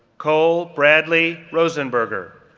cole bradley rosenberger,